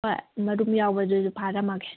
ꯃꯔꯨꯝ ꯌꯥꯎꯕꯗꯨꯁꯨ ꯐꯥꯔꯝꯃꯒꯦ